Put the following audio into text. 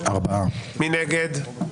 מי נגד?